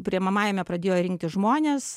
priimamajame pradėjo rinktis žmonės